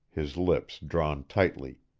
his lips drawn tightly,